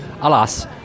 Alas